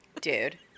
dude